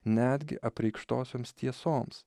netgi apreikštosioms tiesoms